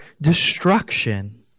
destruction